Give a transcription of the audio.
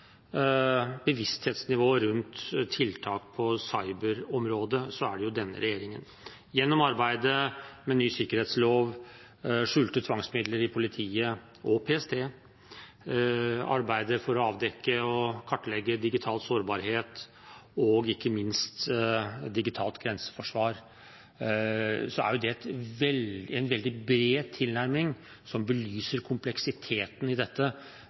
bevissthetsnivået rundt tiltak på cyberområdet, er det denne regjeringen. Gjennom arbeidet med ny sikkerhetslov, skjulte tvangsmidler i politiet og PST, arbeidet for å avdekke og kartlegge digital sårbarhet og ikke minst digitalt grenseforsvar er det en veldig bred tilnærming som belyser kompleksiteten i dette,